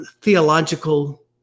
theological